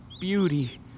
beauty